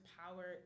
power